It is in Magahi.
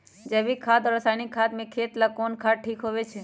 जैविक खाद और रासायनिक खाद में खेत ला कौन खाद ठीक होवैछे?